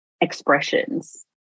expressions